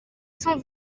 cent